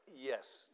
Yes